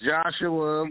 Joshua